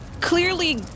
clearly